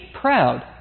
proud